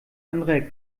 anderer